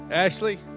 Ashley